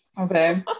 okay